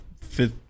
fifth